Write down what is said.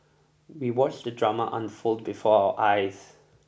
we watched the drama unfold before our eyes